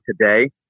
today